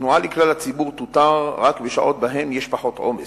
התנועה לכלל הציבור תותר רק בשעות שבהן יש פחות עומס,